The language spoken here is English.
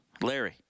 Larry